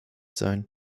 sein